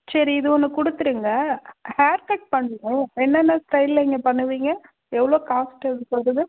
சரி இது ஒன்று கொடுத்துருங்க ஹேர் கட் பண்ணனும்லை என்னென்ன ஸ்டைலில் நீங்கள் பண்ணுவீங்க எவ்வளோ காஸ்ட் அதுக்கு ஆகுது